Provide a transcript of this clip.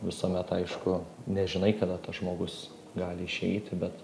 visuomet aišku nežinai kada tas žmogus gali išeiti bet